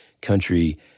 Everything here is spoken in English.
country